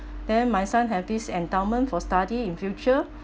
then my son have this endowment for study in future